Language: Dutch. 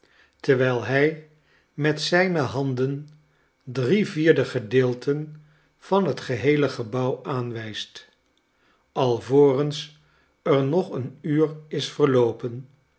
terwijl bij met zijne banden drie vierde gedeelten van het geheele gebouw aanwijst alvorens er nog een uur is verloopen